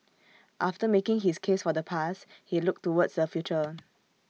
after making his case for the past he looked towards the future